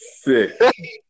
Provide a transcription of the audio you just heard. Sick